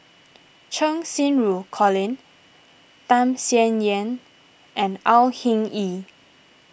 Cheng Xinru Colin Tham Sien Yen and Au Hing Yee